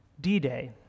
D-Day